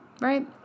right